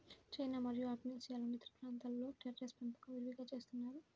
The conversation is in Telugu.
చైనా మరియు ఆగ్నేయాసియాలోని ఇతర ప్రాంతాలలో టెర్రేస్ పెంపకం విరివిగా చేస్తున్నారు